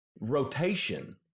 rotation